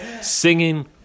singing